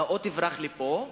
אתה או תברח לפה,